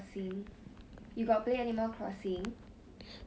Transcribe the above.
then 你最近有没有玩什么 game 因为我 like